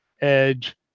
Edge